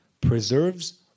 preserves